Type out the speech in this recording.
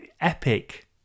epic